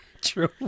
True